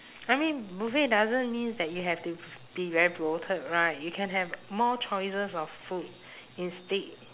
I mean buffet doesn't means that we have to be very bloated right you can have more choices of food instead